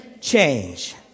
change